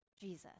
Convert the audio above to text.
jesus